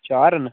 चार न